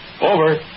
Over